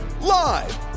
Live